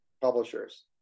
publishers